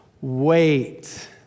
wait